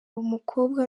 umukobwa